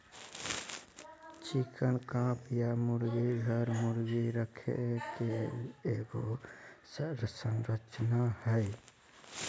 chicken coop या मुर्गी घर, मुर्गी रखे के एगो संरचना हइ